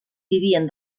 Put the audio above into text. vivien